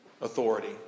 authority